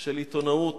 של עיתונאות.